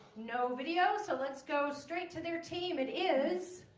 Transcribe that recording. no video so let's go straight to their team it is